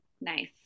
Nice